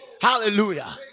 Hallelujah